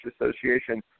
Association